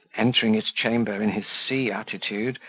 entering his chamber in his sea attitude,